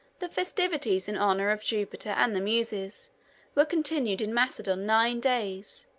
the festivities in honor of jupiter and the muses were continued in macedon nine days,